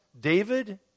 David